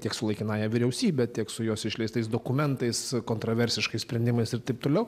tiek su laikinąja vyriausybe tiek su jos išleistais dokumentais kontroversiškais sprendimais ir taip toliau